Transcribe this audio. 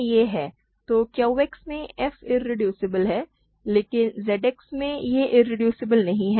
तो Q X में f irreducible है लेकिन Z X में यह इरेड्यूसिबल नहीं है